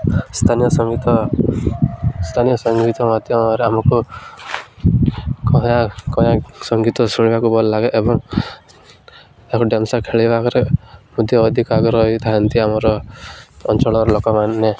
ସ୍ଥାନୀୟ ସଙ୍ଗୀତ ସ୍ଥାନୀୟ ସଙ୍ଗୀତ ମାଧ୍ୟମରେ ଆମକୁ ସଙ୍ଗୀତ ଶୁଣିବାକୁ ଭଲ ଲାଗେ ଏବଂ ତାକୁ ଡ୍ୟାନ୍ସ ଖେଳିବାରେ ମଧ୍ୟ ଅଧିକ ଆଗ୍ରହ ହେଇଥାନ୍ତି ଆମର ଅଞ୍ଚଳର ଲୋକମାନେ